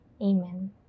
Amen